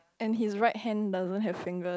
and his right hand doesn't have finger